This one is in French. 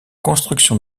construction